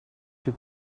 too